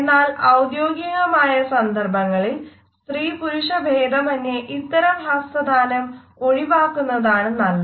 എന്നാൽ ഔദ്യോഗികമായ സന്ദർഭങ്ങളിൽ സ്ത്രീ പുരുഷ ഭേദമന്യേ ഇത്തരം ഹസ്തദാനം ഒഴിവാക്കുന്നതാണ് നല്ലത്